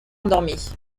endormis